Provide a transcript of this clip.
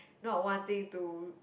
not wanting to